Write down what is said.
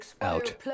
out